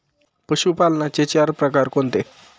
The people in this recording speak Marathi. पशुपालनाचे चार प्रकार कोणते?